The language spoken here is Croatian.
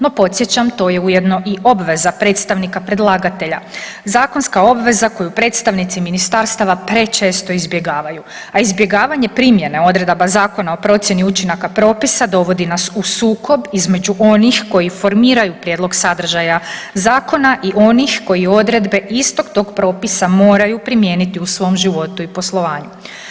No podsjećam, to je ujedno i obveza predstavnika predlagatelja, zakonska obveza koju predstavnici ministarstava prečesto izbjegavaju, a izbjegavanje primjene odredaba Zakona o procjeni učinaka propisa dovodi nas u sukob između onih koji formiraju prijedlog sadržaja zakona i onih koji odredbe istog tog propisa moraju primijeniti u svom životu i poslovanju.